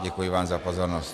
Děkuji vám za pozornost.